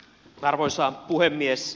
arvoisa puhemies